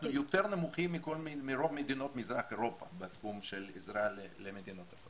אנחנו יותר נמוכים מרוב מדינות מזרח אירופה בתחום של עזרה למדינות.